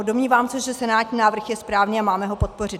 Domnívám se, že senátní návrh je správně a máme ho podpořit.